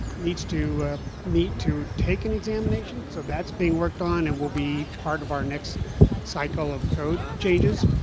needs to meet to take an examination. so that's being worked on, and will be part of our next cycle of code changes.